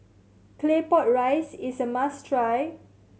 Claypot Rice is a must try